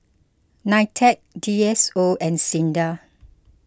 Nitec D S O and Sinda